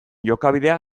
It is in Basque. jokabidea